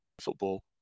football